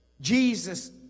Jesus